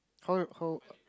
how how